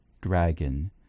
dragon